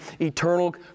eternal